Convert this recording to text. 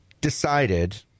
decided